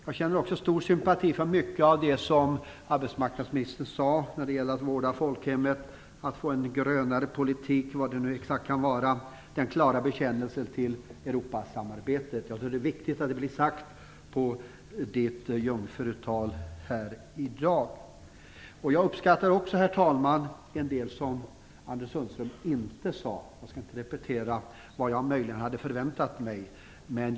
Jag känner också stor sympati för mycket av det som arbetsmarknadsministern sade när det gäller att vårda folkhemmet, att få en grönare politik - vad det nu exakt kan vara - och den klara bekännelsen till Europasamarbetet. Det är viktigt att det blir sagt i arbetsmarknadsministerns jungfrutal här i dag. Jag uppskattar också, herr talman, att det var en del som Anders Sundström inte sade. Jag skall inte tala om vad jag möjligen hade förväntat mig.